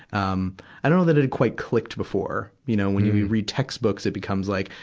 um i don't know that it had quite clicked before. you know, when you read textbooks, it becomes like,